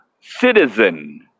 Citizen